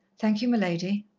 thank you, my lady.